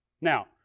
Now